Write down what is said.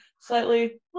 Slightly